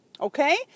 Okay